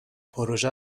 پروژه